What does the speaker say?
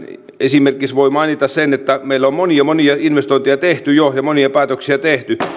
esimerkiksi voi mainita sen että meillä on monia monia investointeja jo tehty ja monia päätöksiä tehty